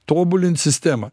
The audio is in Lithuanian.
tobulint sistemą